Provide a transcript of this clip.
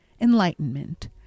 enlightenment